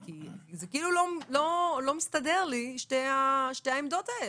זה כאילו לא מסתדר לי, שתי העמדות האלה.